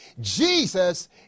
jesus